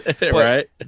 right